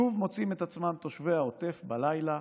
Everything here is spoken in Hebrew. שוב מוצאים את עצמם תושבי העוטף בלילה